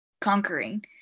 conquering